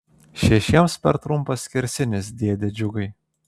šešiems per trumpas skersinis dėde džiugai